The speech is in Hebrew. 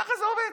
ככה זה עובד.